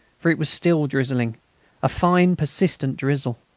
for it was still drizzling a fine persistent drizzle.